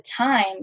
time